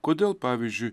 kodėl pavyzdžiui